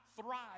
thrive